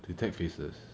detect faces